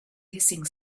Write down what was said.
hissing